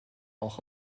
auch